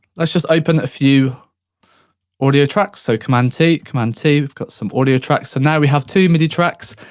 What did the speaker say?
let's just open a few audio tracks, so, command t, command t, we've got some audio tracks in there, we have two midi tracks,